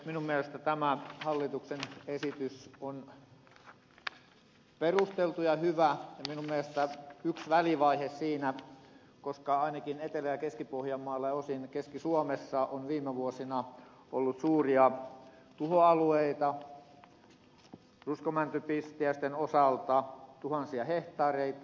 minun mielestäni tämä hallituksen esitys on perusteltu ja hyvä ja minun mielestäni yksi välivaihe koska ainakin etelä ja keski pohjanmaalla ja osin keski suomessa on viime vuosina ollut suuria tuhoalueita ruskomäntypistiäisten osalta tuhansia hehtaareita